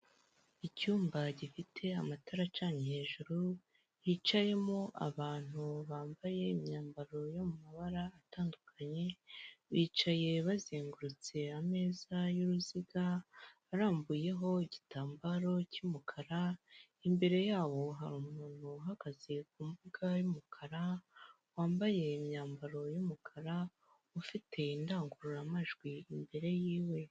Icyumba gifite amatara acanye hejuru, hicayemo abantu bambaye imyambaro yo mabara atandukanye, bicaye bazengurutse ameza y'uruziga arambuyeho igitambaro cy'umukara, imbere yabo hari umuntu uhagaze ku mbuga y'umukara, wambaye imyambaro y'umukara ufite indangururamajwi imbere yiwe.